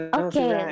okay